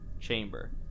chamber